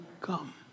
come